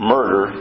Murder